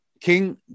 King